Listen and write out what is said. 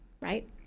right